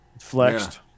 flexed